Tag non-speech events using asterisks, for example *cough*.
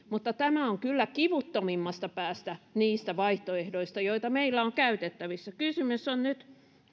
*unintelligible* mutta tämä on kyllä kivuttomimmasta päästä niistä vaihtoehdoista joita meillä on käytettävissä kysymyksessä on nyt